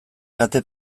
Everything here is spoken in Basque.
kate